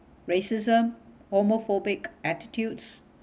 racism homophobic attitudes